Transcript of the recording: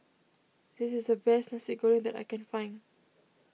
this is the best Nasi Goreng that I can find